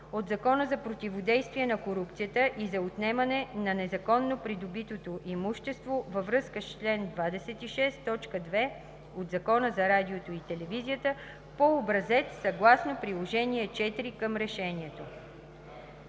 от Закона за противодействие на корупцията и за отнемане на незаконно придобитото имущество във връзка с чл. 26, т. 2 от Закона за радиото и телевизията по образец съгласно Приложение № 4 към решението.